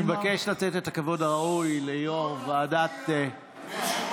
אני מבקש לתת את הכבוד הראוי ליו"ר ועדת הכלכלה.